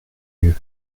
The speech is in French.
mieux